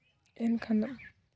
ᱮᱱᱠᱷᱟᱱ ᱫᱚ